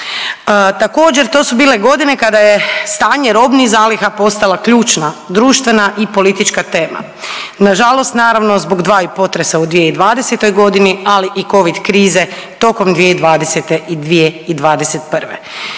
Također, to su bile godine kada je stanje robnih zaliha postala ključna društvena i politička tema. Na žalost naravno zbog dvaju potresa u 2020. godini, ali i covid krize tokom 2020. i 2021. Na